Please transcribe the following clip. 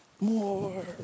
more